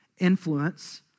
Influence